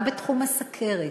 גם בתחום הסוכרת,